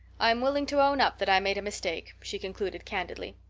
i'm willing to own up that i made a mistake, she concluded candidly,